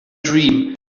dream